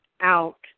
Out